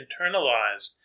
internalized